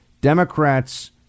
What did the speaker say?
Democrats